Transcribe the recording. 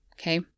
Okay